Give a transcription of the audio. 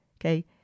okay